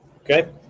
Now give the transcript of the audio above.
Okay